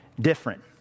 different